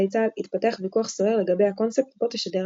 צה"ל התפתח ויכוח סוער לגבי הקונספט בו תשדר התחנה.